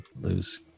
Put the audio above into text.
lose